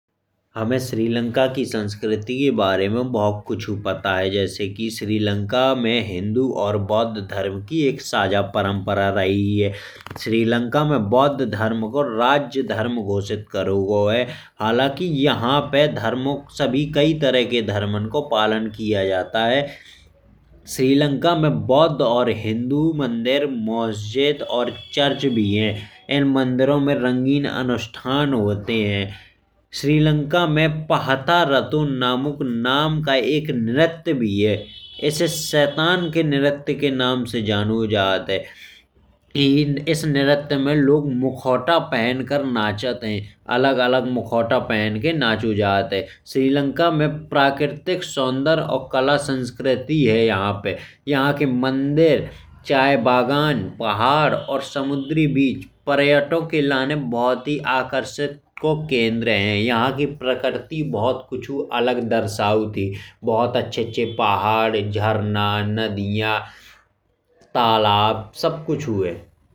हमे श्रीलंका की संस्कृति के बारे में बहुत कुछु पता है। जैसे की श्रीलंका में हिन्दू और बौध धर्म की साझा परंपरा रही है। श्रीलंका में बौध धर्म को राज्य धर्म घोषित करौ गयो है। हालांकि यहां पे कई तरह के धर्मन को पालन किया जाता है। श्रीलंका में बौध और हिन्दू मंदिर मस्जिद और चर्च भी हैं। इन मंदिरों में रंगीन अनुष्ठान भी होते हैं। श्रीलंका में पहठा रातो नाम का एक नृत्य भी है। इसे शैतान के नृत्य के नाम से भी जानो जात है इस नृत्य में लोग मुखौटा पहन कर नचत हैं। अलग अलग मुखौटा पहन के नचो जात हैं। श्रीलंका में प्राकृतिक सौंदर्य और कला संस्कृति है यहां पे। यहां के मंदिर चायबागान पहाड़ और समुद्री बीच पर्यटकों के लाने बहुत ही आकर्षण को केंद्र हैं। यहां की प्रकृति बहुत कुछु अलग दर्शौत ही बहुत अच्छे अच्छे पहाड़ झरना नदिया तालाब सब कुछु हैं।